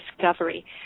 discovery